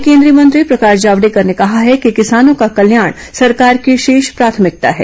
वहीं केन्द्रीय मंत्री प्रकाश जावड़ेकर ने कहा है कि किसानों का कल्याण सरकार की शीर्ष प्राथमिकता है